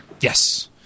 yes